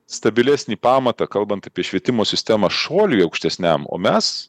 stabilesnį pamatą kalbant apie švietimo sistemą šuoliui aukštesniam o mes